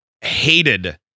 hated